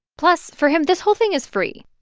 plus, for him, this whole thing is free.